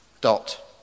DOT